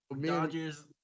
Dodgers